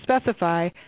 specify